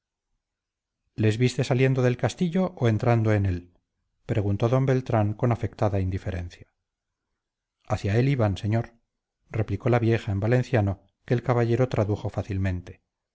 les viste saliendo del castillo o entrando en él preguntó d beltrán con afectada indiferencia hacia él iban señor replicó la vieja en valenciano que el caballero tradujo fácilmente